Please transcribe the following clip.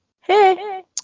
Hey